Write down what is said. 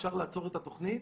אפשר לעצור את התוכנית,